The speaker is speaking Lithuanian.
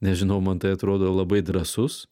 nežinau man tai atrodo labai drąsus